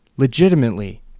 legitimately